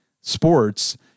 sports